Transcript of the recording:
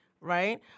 right